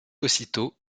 aussitôt